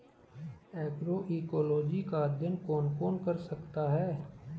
Agroecology का अध्ययन कौन कौन कर सकता है?